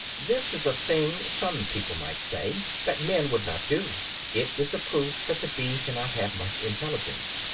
this is a thing, some people might say, that men would not do it is a proof that the bee cannot have much intelligence.